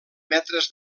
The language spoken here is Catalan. metres